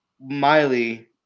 Miley